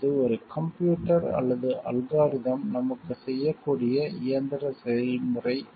இது ஒரு கம்ப்யூட்டர் அல்லது அல்காரிதம் நமக்கு செய்யக்கூடிய இயந்திர செயல்முறை அல்ல